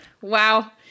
Wow